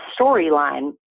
storyline